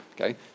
Okay